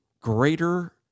greater